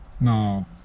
No